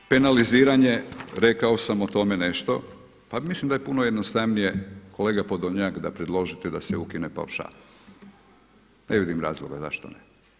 Nadalje, penaliziranje rekao sam o tom nešto, pa mislim da je puno jednostavnije kolega Podolnjak da predložite da se ukine paušal, ne vidim razloga zašto ne.